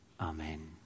Amen